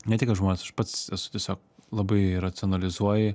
ne tik kad žmonės aš pats esu tiesiog labai racionalizuoji